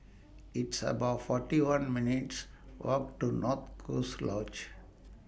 It's about forty one minutes' Walk to North Coast Lodge